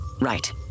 Right